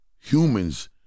humans